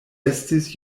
estis